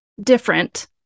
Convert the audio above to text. different